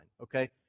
Okay